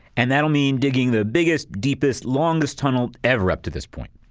and that'll mean digging the biggest deepest, longest tunnel ever up to this point.